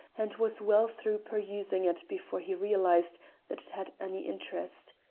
and was well through perusing it before he realised that it had any interest.